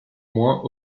moins